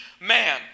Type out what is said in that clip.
man